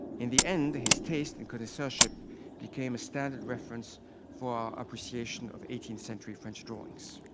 in the end, his taste and connoisseurship became a standard reference for our appreciation of eighteenth century french drawings.